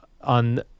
On